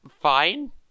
fine